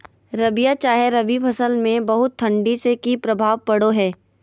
रबिया चाहे रवि फसल में बहुत ठंडी से की प्रभाव पड़ो है?